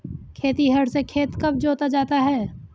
खेतिहर से खेत कब जोता जाता है?